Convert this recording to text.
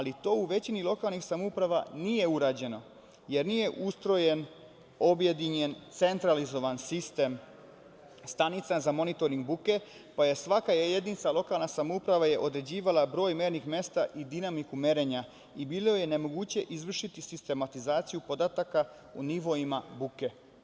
To u većini lokalnih samouprava nije urađeno, jer nije ustrojen, objedinjen centralizovan sistem stanica za monitoring buke, pa je svaka jedinica lokalne samouprave je određivala broj mernih mesta i dinamiku merenja i bilo je nemoguće izvršiti sistematizaciju podataka u nivoima buke.